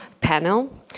panel